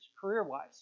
career-wise